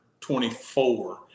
24